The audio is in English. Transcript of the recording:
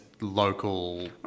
local